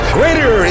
greater